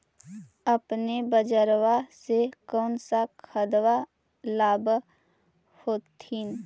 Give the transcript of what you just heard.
अपने बजरबा से कौन सा खदबा लाब होत्थिन?